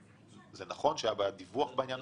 זה נכון שהייתה בעיה בדיווח בעניין הזה?